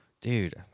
dude